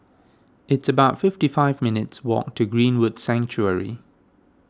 it's about fifty five minutes' walk to Greenwood Sanctuary